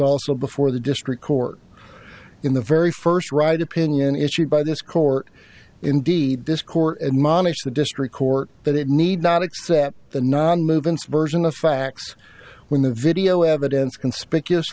also before the district court in the very first right opinion issued by this court indeed this court admonish the district court that it need not accept the non movement's version of facts when the video evidence conspicuous